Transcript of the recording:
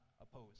oppose